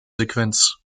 sequenz